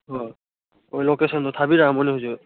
ꯍꯣꯏ ꯍꯣꯏ ꯂꯣꯀꯦꯁꯟꯗꯣ ꯊꯥꯕꯤꯔꯛꯑꯝꯃꯣꯅꯦ ꯍꯧꯖꯤꯛ